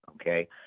okay